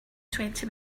twenty